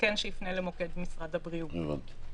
שיפנה למוקד משרד הבריאות.